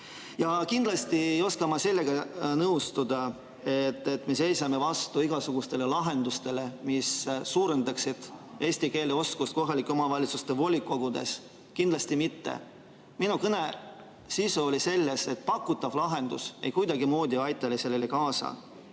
Ja kindlasti ei saa ma nõustuda sellega, et me seisame vastu igasugustele lahendustele, mis suurendaksid eesti keele oskust kohalike omavalitsuste volikogudes. Kindlasti mitte! Minu kõne sisu oli selles, et pakutav lahendus kuidagimoodi ei aita sellele kaasa,